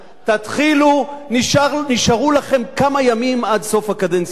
תתחילו, נשארו לכם כמה ימים עד סוף הקדנציה הזאת.